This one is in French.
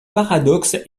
paradoxe